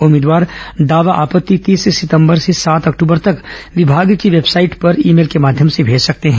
उम्मीदवार दावा आपत्ति तीस सितंबर से सात अक्टूबर तक विभाग की वेबसाइट ई मेल के माध्यम से भेज सकते हैं